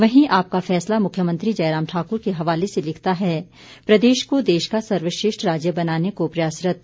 वहीं आपका फैसला मुख्यमंत्री जयराम ठाकुर के हवाले से लिखता है प्रदेश को देश का सर्वश्रेष्ठ राज्य बनाने को प्रयासरत